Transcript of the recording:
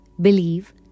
believe